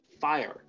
Fire